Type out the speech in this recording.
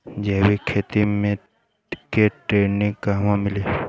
जैविक खेती के ट्रेनिग कहवा मिली?